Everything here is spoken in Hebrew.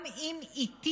גם אם איטי,